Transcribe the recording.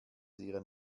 ihren